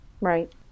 Right